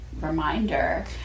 reminder